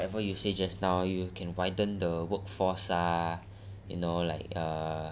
then like !wah! whatever you as now you can widen the workforce are in all like err